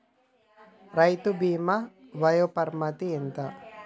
రైతు బీమా వయోపరిమితి ఎంత?